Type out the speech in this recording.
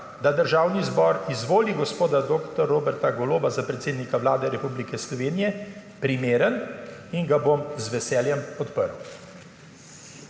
da Državni zbor izvoli gospoda dr. Roberta Goloba za predsednika Vlade Republike Slovenije primeren in ga bom z veselem podprl.